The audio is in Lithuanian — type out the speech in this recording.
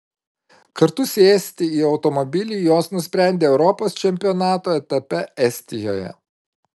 kartu sėsti į automobilį jos nusprendė europos čempionato etape estijoje